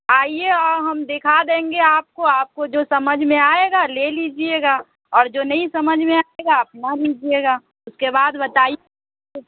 آئیے اور ہم دکھا دیں گے آپ کو آپ کو جو سمجھ میں آئے گا لے لیجیے گا اور جو نہیں سمجھ میں آئے گا آپ نہ لیجیے گا اس کے بعد بتائیے کچھ